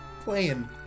Playing